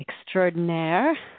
extraordinaire